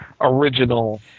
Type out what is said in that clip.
original